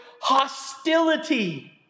hostility